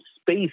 space